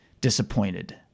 disappointed